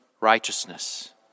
righteousness